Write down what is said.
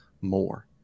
more